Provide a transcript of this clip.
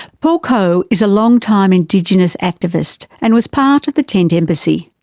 paul coe is a long-time indigenous activist and was part of the tent embassy.